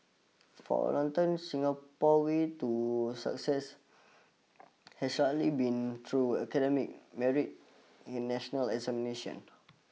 for a long time Singapore way to success has largely been through academic merit in national examinations